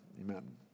amen